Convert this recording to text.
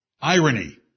Irony